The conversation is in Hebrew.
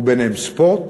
ובהם ספורט,